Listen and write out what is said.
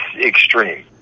extreme